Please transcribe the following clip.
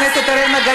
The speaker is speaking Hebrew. הם לא נותנים